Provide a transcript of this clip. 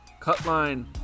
Cutline